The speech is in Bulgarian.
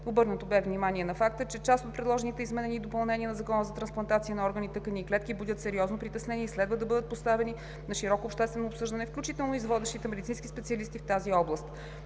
Обърнато бе внимание на факта, че част от предложените изменения и допълнения на Закона за трансплантация на органи, тъкани и клетки будят сериозно притеснение и следва да бъдат поставени на широко обществено обсъждане, включително и с водещите медицински специалисти в тази област.